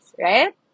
right